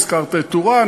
הזכרת את טורעאן,